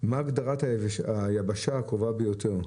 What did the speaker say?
מה הגדרת "היבשה הקרובה ביותר"?